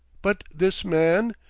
but this man?